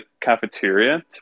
cafeteria